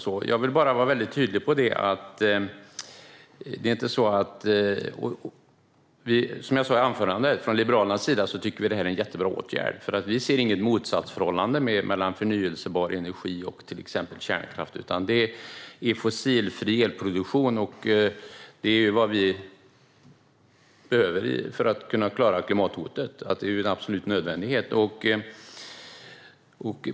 Som jag sa i anförandet tycker vi från Liberalernas sida att det här är en jättebra åtgärd, för vi ser inget motsatsförhållande mellan förnybar energi och till exempel kärnkraft. Fossilfri elproduktion är ju vad vi behöver för att klara klimathotet. Det är en absolut nödvändighet.